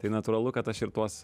tai natūralu kad aš ir tuos